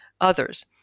others